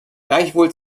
gleichwohl